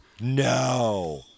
No